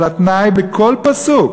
אבל התנאי בכל פסוק,